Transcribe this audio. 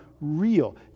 real